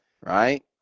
right